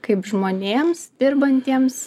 kaip žmonėms dirbantiems